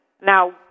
Now